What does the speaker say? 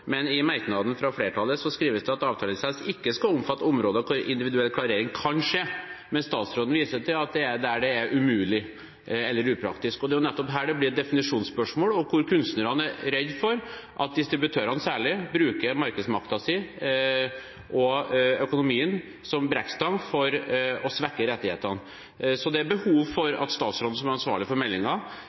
men i merknaden fra flertallet skrives det at avtalelisens ikke skal omfatte områder hvor individuell klarering kan skje, men statsråden viser til at det er der det er umulig eller upraktisk. Det er nettopp her det blir definisjonsspørsmål, og hvor kunstnerne er redde for at særlig distributørene bruker markedsmakten og økonomien som brekkstang for å svekke rettighetene. Det er behov for at statsråden som er ansvarlig for